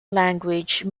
language